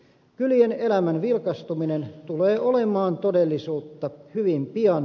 kylien elämän vilkastuminen tulee olemaan todellisuutta hyvin pian